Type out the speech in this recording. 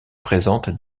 présentent